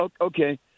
Okay